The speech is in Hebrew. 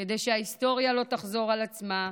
כדי שההיסטוריה לא תחזור על עצמה,